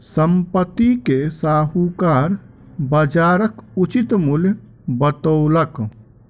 संपत्ति के साहूकार बजारक उचित मूल्य बतौलक